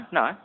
no